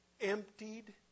Emptied